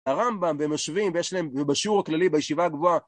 הרמב״ם והם יושבים ויש להם בשיעור הכללי בישיבה הגבוהה